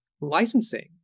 licensing